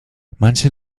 manche